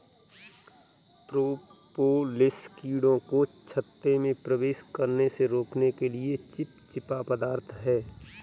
propolis कीड़ों को छत्ते में प्रवेश करने से रोकने के लिए चिपचिपा पदार्थ है